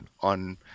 on